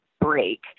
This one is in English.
break